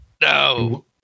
No